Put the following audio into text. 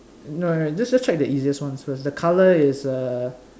no just just check the easiest one first the color is err